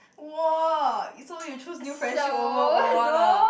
!whoa! you so you choose new friendship over old one lah